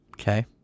Okay